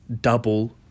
double